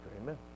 amen